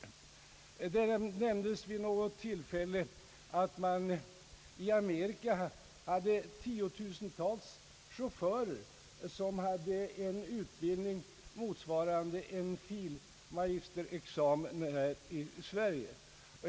Det nämndes vid något tillfälle att man i Amerika hade tiotusentals chaufförer med en utbildning motsvarande filosofie magisterexamen i Sverige.